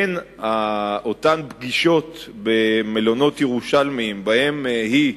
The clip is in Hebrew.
בין אותן פגישות במלונות ירושלמיים שבהם היא,